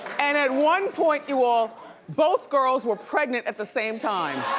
and at one point you all both girls were pregnant at the same time.